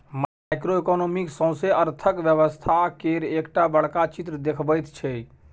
micro economics सौसें अर्थक व्यवस्था केर एकटा बड़का चित्र देखबैत छै